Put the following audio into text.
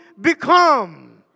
become